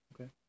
Okay